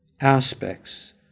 aspects